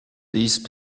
these